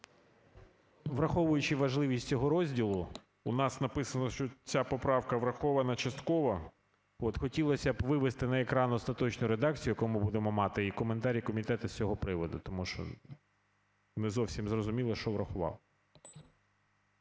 Враховуючи важливість цього розділу, у нас написано, що ця поправка врахована частково, хотілося б вивести на екран остаточну редакцію, яку ми будемо мати, і коментарі комітету з цього приводу. Тому що не зовсім зрозуміло, що врахували.